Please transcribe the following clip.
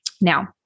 Now